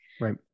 Right